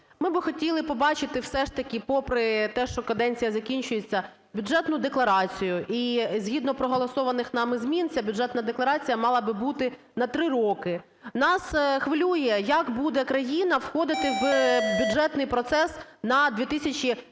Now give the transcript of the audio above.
Ми би хотіли побачити все ж таки, попри те, що каденція закінчується, бюджетну декларацію, і згідно проголосованих нами змін ця бюджетна декларація мала би бути на 3 роки. Нас хвилює, як буде країна входити в бюджетний процес на 2020-21-22